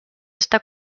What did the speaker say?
està